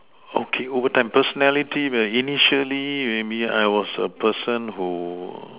okay overtime personality well initially maybe I was a person who